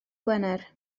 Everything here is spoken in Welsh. gwener